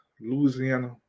Louisiana